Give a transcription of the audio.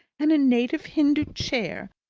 and a native hindu chair,